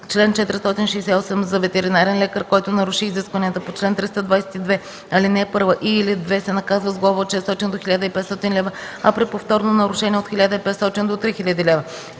Чл. 468з. Ветеринарен лекар, който наруши изискванията по чл. 322, ал. 1 и/или 2, се наказва с глоба от 600 до 1500 лв., а при повторно нарушение – от 1500 до 3000 лв.